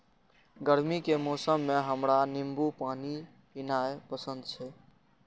गर्मी के मौसम मे हमरा नींबू पानी पीनाइ पसंद छै